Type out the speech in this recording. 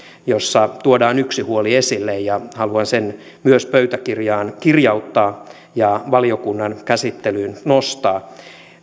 jossa tuodaan yksi huoli esille ja haluan sen myös pöytäkirjaan kirjauttaa ja valiokunnan käsittelyyn nostaa